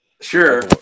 sure